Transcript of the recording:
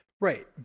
right